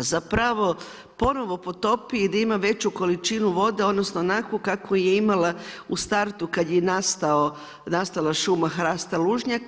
zapravo ponovo potopi i da ima veću količinu vode, odnosno onakvu kakvu je imala u startu kad je nastala šuma hrasta Lužnjaka.